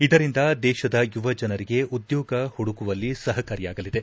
ಇದರಿಂದ ದೇಶದ ಯುವಜನರಿಗೆ ಉದ್ಯೋಗ ಹುಡುಕುವಲ್ಲಿ ಸಹಕಾರಿಯಾಗಲಿದೆ